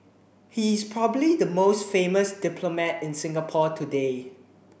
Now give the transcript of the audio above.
he is probably the most famous diplomat in Singapore today